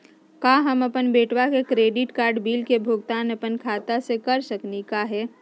का हम अपन बेटवा के क्रेडिट कार्ड बिल के भुगतान अपन खाता स कर सकली का हे?